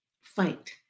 Fight